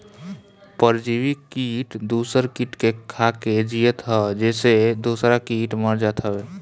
परजीवी किट दूसर किट के खाके जियत हअ जेसे दूसरा किट मर जात हवे